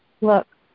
look